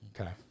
Okay